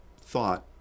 thought